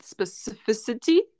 specificity